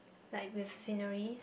like with scenery